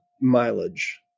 mileage